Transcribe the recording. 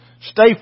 Stay